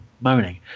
moaning